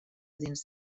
dins